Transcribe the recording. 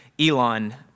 Elon